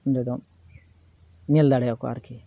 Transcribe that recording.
ᱚᱸᱰᱮᱫᱚᱢ ᱧᱮᱞ ᱫᱟᱲᱮᱭᱟᱠᱚᱣᱟ ᱟᱨᱠᱤ